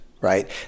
right